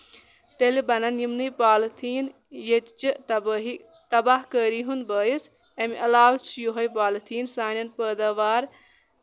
تیٚلہِ بَنن یِمنٕے پالیٖتھیٖن ییٚتہِ چہِ تَبٲہی تَباہ کٲری ہُنٛد بٲعث اَمہِ علاوٕ چھُ یِہوے پالیٖتھیٖن سانٮ۪ن پٲداوزار